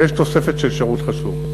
ויש תוספת של שירות חשוב.